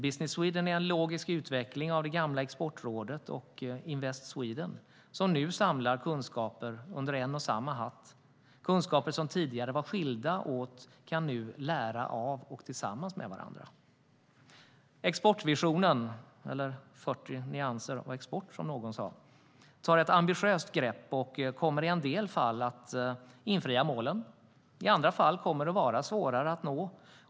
Business Sweden är en logisk utveckling av det gamla Exportrådet och Invest Sweden, som nu samlar kunskaper under en och samma hatt, kunskaper som tidigare var skilda åt. Nu kan man lära av och tillsammans med varandra. Exportvisionen, eller 40 nyanser av export, som någon sade, tar ett ambitiöst grepp. Man kommer i en del fall att infria målen. I andra fall kommer det att vara svårare att nå dem.